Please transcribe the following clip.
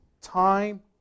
time